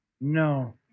No